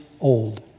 old